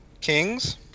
kings